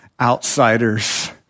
outsiders